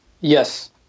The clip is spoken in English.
Yes